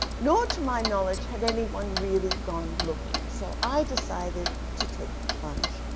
nor, to my knowledge, had anyone really gone looking. so, i decided to take the plunge.